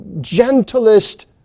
gentlest